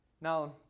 Now